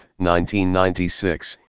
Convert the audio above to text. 1996